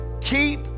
keep